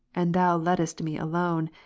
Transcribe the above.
and thou lettest me alone,